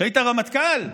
שהיית רמטכ"ל,